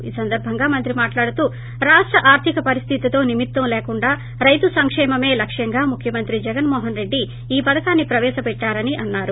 ఈ సందర్భాగా మంత్రి మాట్లాడుతూ రాష్ట ఆర్దిక పరిస్దితితో నిమిత్తం లేకుండా రైతు సంకేమమే లక్కంగా ముఖ్యమంత్రి జగన్ మోహన్ రెడ్డి ఈ పధకాన్ని ప్రవేశపెట్టారని అన్నారు